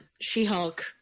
She-Hulk